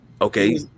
Okay